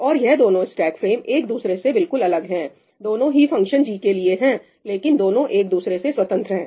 और यह दोनों स्टेक फ्रेम एक दूसरे से बिल्कुल अलग हैं दोनों ही फंक्शन g के लिए हैं लेकिन दोनों एक दूसरे से स्वतंत्र हैं